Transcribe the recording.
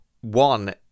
one